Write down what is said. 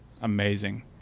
amazing